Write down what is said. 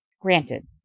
Granted